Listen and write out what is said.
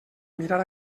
mirar